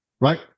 right